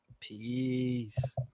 Peace